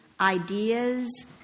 ideas